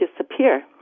disappear